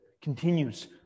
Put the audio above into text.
continues